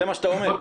זה מה שאתה אומר.